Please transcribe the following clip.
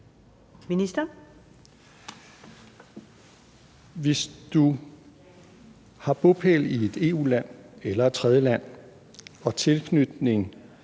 Hækkerup): Hvis du har bopæl i et EU-land eller et tredjeland og tilknytning